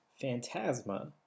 Phantasma